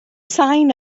sain